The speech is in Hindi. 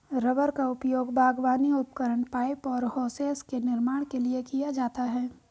रबर का उपयोग बागवानी उपकरण, पाइप और होसेस के निर्माण के लिए किया जाता है